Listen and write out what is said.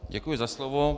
Děkuji za slovo.